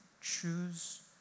Choose